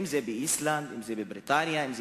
אם באיסלנד, אם בבריטניה, אם בוונצואלה.